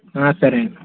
సరే అండి